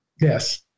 Yes